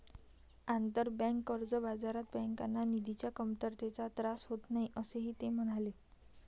आंतरबँक कर्ज बाजारात बँकांना निधीच्या कमतरतेचा त्रास होत नाही, असेही ते म्हणाले